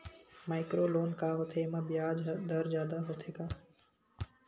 Micro loan का होथे येमा ब्याज दर जादा होथे का?